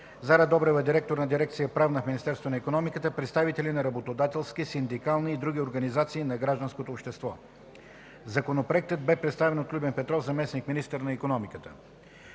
Зара Добрева – директор на дирекция „Правна” в Министерство на икономиката, представители на работодателски, синдикални и други организации на гражданското общество. Законопроектът бе представен от Любен Петров – заместник-министър на икономиката.